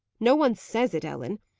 no one says it, ellen.